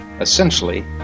essentially